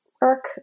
work